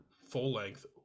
full-length